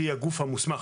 שהיא הגוף המוסמך,